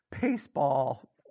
baseball